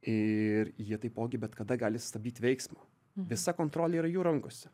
ir jie taipogi bet kada gali stabdyt veiksmą visa kontrolė yra jų rankose